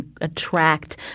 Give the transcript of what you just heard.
attract